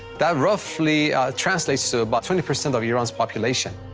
that roughly translates to about twenty percent of iran's population.